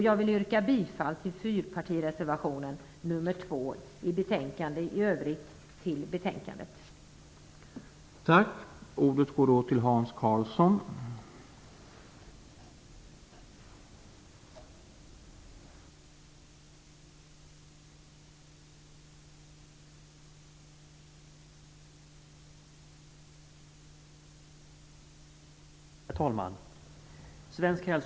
Jag yrkar bifall till fyrpartireservationen nr 2 till utskottets betänkande och i övrigt till utskottets hemställan.